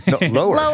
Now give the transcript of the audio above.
Lower